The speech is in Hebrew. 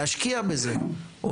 להשקיע בזה,